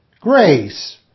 grace